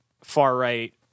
far-right